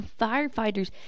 firefighters